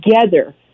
together